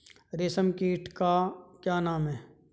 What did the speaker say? रेशम कीट का नाम क्या है?